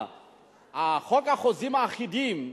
חוק החוזים האחידים,